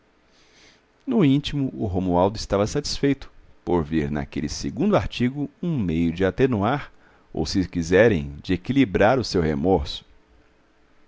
no íntimo o romualdo estava satisfeito por ver naquele segundo artigo um meio de atenuar ou se quiserem de equilibrar o seu remorso